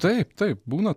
taip taip būna